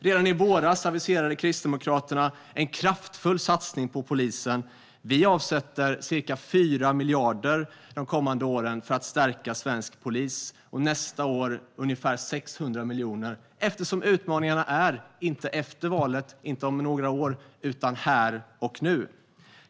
Redan i våras aviserade Kristdemokraterna en kraftfull satsning på polisen. Vi avsätter ca 4 miljarder de kommande åren för att stärka svensk polis och nästa år ungefär 600 miljoner. Det gör vi eftersom utmaningarna inte är efter valet om några år utan här och nu.